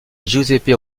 giuseppe